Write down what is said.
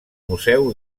museu